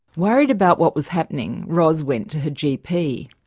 worried about what was happening ros went to her gp.